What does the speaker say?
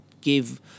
give